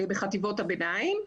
בחטיבות הביניים.